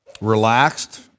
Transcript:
Relaxed